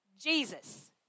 Jesus